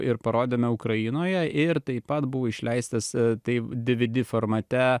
ir parodėme ukrainoje ir taip pat buvo išleistas tai dvd formate